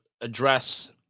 address